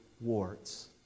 warts